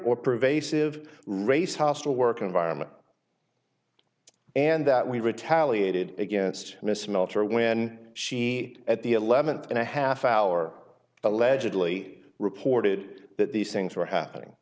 or pervasive race hostile work environment and that we retaliated against miss melter when she at the eleventh and a half hour allegedly reported that these things were happening